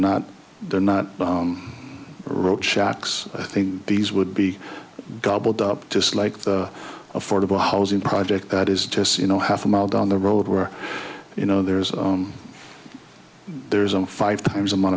not they're not roach shacks i think these would be gobbled up just like the affordable housing project that is just you know half a mile down the road where you know there's there's some five times amount